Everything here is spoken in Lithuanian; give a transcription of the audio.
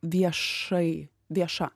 viešai vieša